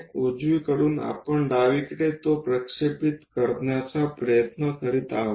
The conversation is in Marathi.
उजवीकडून आपण डावीकडे तो प्रक्षेपित करण्याचा प्रयत्न करीत आहोत